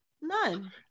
None